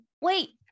Wait